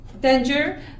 danger